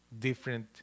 different